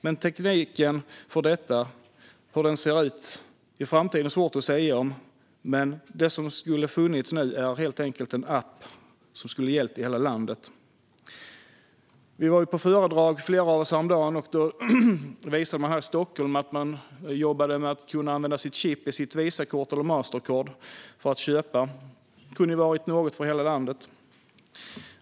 Hur tekniken för detta ser ut i framtiden är svårt att sia om, men nu borde det ha funnits en app som gäller i hela landet. Flera av oss var på ett föredrag i Stockholm häromdagen, där man visade hur man jobbar med att chipp i Visakort eller Mastercard ska kunna användas för köp. Detta kan vara något för hela landet.